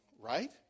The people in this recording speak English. Right